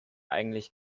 eigentlich